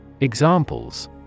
Examples